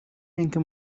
اینکه